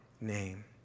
name